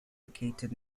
located